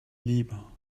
libres